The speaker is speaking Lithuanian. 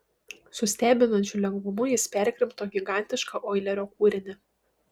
su stebinančiu lengvumu jis perkrimto gigantišką oilerio kūrinį